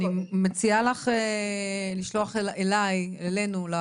אני מציעה לך לשלוח אליי או אלינו לכאן